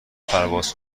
پرواز